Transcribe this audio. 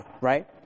right